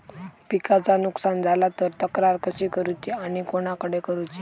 पिकाचा नुकसान झाला तर तक्रार कशी करूची आणि कोणाकडे करुची?